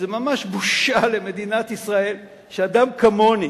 שממש בושה למדינת ישראל שאדם כמוני